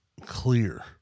clear